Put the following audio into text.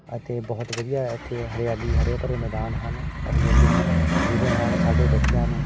ਅਤੇ ਬਹੁਤ ਵਧੀਆ ਇੱਥੇ ਹਰਿਆਲੀ ਹਰੇ ਭਰੇ ਮੈਦਾਨ ਹਨ ਔਰ ਮਿਲਦੇ ਹਨ ਜਿਸਦੇ ਨਾਲ ਸਾਡੇ ਬੱਚਿਆਂ ਨੂੰ